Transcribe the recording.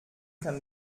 kann